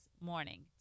morning